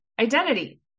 identity